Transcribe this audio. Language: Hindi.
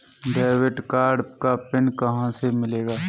डेबिट कार्ड का पिन कहां से मिलेगा?